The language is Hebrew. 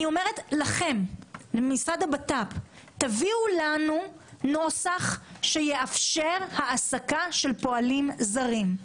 משרד הבט"פ: תביאו לנו נוסח שיאפשר העסקה של פועלים זרים,